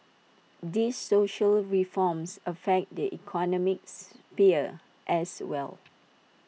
these social reforms affect the economic sphere as well